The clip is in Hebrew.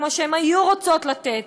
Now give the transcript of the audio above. כמו שהן היו רוצות לתת,